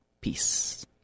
peace